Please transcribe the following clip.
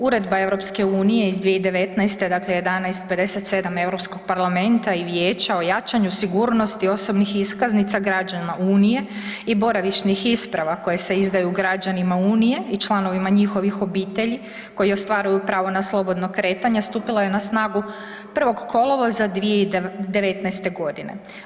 Uredba EU iz 2019., dakle 1157 Europskog parlamenta i vijeća o jačanju sigurnosti osobnih iskaznica građana unije i boravišnih isprava koje se izdaju građanima unije i članovima njihovih obitelji koji ostvaruju na slobodno kretanje stupila je na snagu 1. kolovoza 2019. godine.